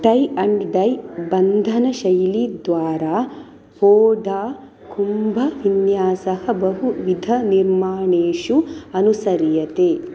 टै and dye बन्धनशैलीद्वारा फोडाकुम्भविन्यासः बहुविधनिर्माणेषु अनुसर्यते